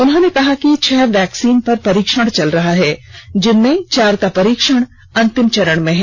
उन्होंने कहा कि छह वैक्सीन पर परीक्षण चल रहा है जिनमें चार का परीक्षण अंतिम चरण में है